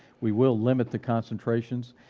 we will limit the concentrations.